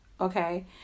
okay